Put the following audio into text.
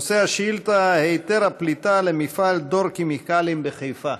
נושא השאילתה: היתר הפליטה למפעל דור כימיקלים בחיפה.